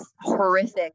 horrific